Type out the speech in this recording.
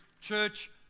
Church